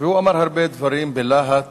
והוא אמר הרבה דברים בלהט